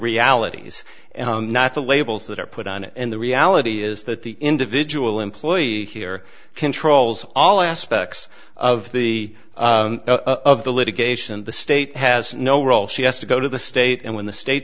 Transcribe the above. and not the labels that are put on it and the reality is that the individual employee here controls all aspects of the of the litigation the state has no role she has to go to the state and when the state